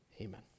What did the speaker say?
amen